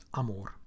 amor